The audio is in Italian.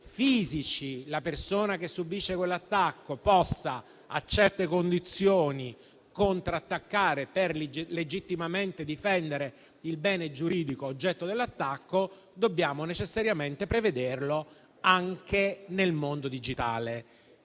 fisici, la persona che subisce l'attacco possa, a certe condizioni, contrattaccare per legittimamente difendere il bene giuridico oggetto dell'attacco, dobbiamo necessariamente prevederlo anche nel mondo digitale.